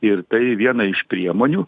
ir tai viena iš priemonių